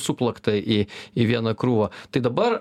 suplakta į į vieną krūvą tai dabar